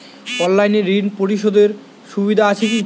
অনলাইনে ঋণ পরিশধের সুবিধা আছে কি?